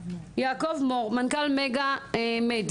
יעקב מור, מנכ"ל חברת "מגה מדיה".